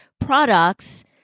products